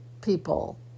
people